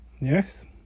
yes